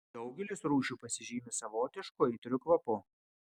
daugelis rūšių pasižymi savotišku aitriu kvapu